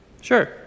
Sure